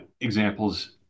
examples